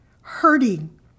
hurting